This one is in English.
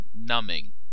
numbing